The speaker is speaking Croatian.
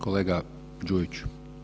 Kolega Đujić.